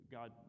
God